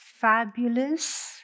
Fabulous